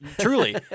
truly